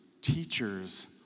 teachers